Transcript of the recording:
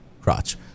crotch